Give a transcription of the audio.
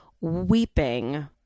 weeping